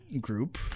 group